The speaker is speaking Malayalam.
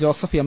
Joseph M